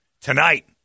tonight